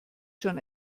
schon